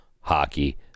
Hockey